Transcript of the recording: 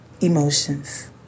emotions